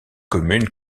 commune